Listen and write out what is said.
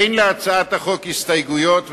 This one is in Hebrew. אין להצעת החוק הסתייגויות,